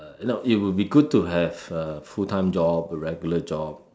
you know it would be good to have a full time job a regular job